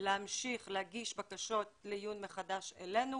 להמשיך להגיש בקשות לעיון מחדש אלינו,